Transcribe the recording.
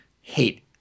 hate